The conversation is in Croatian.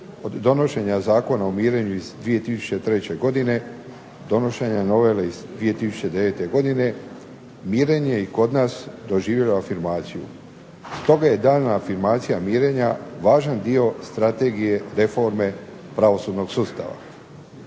donošenja Zakona o mirenju iz 2003. godine, donošenja novele iz 2009. godine mirenje je i kod nas doživjelo afirmaciju. Stoga je daljnja afirmacija mirenja važan dio Strategije reforme pravosudnog sustava.